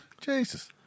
Jesus